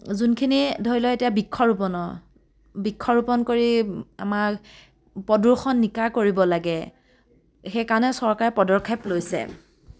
যোনখিনি ধৰি লওক এতিয়া বৃক্ষৰোপণৰ বৃক্ষৰোপণ কৰি আমাৰ প্ৰদূষণ নিকা কৰিব লাগে সেইকাৰণে চৰকাৰে পদক্ষেপ লৈছে